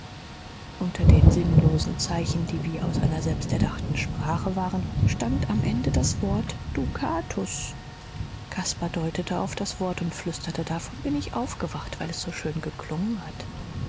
unter den sinnlosen zeichen die wie aus einer selbsterdachten sprache waren stand am ende das wort dukatus caspar deutete auf das wort und flüsterte davon bin ich aufgewacht weil es so schön geklungen hat